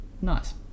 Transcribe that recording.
Nice